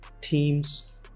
teams